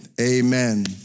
Amen